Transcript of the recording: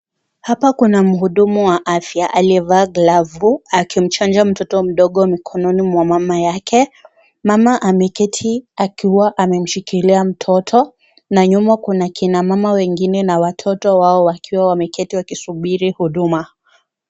Hapa kuna mhudumu wa afya aliyevaa glovu akimchanja mtoto mdogo mkononi mwa mama yake, mama ameketi akiwa amemshikilia mtoto na nyuma kuna kina mama wengine na watoto wao wakiwa wameketi wakisubiri huduma.